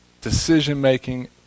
decision-making